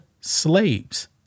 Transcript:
slaves